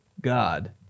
God